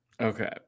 okay